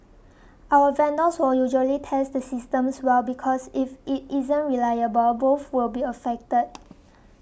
our vendors will usually test the systems well because if it isn't reliable both will be affected